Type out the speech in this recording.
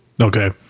Okay